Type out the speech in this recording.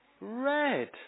red